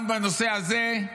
גם בנושא הזה,